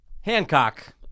Hancock